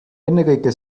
ennekõike